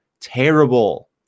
terrible